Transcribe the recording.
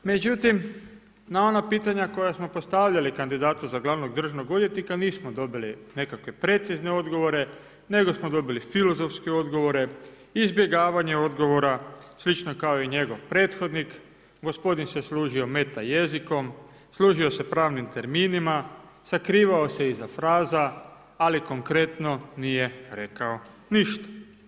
Međutim na ona pitanja koja smo postavljali kandidatu za glavnog državnog odvjetnika, nismo dobili nekakve precizne odgovore nego smo dobili filozofske odgovore, izbjegavanje odgovora slično kao i njegov prethodnik, gospodin se služio meta jezikom, služio se pravnim terminima, sakrivao se iza fraza ali konkretno nije rekao ništa.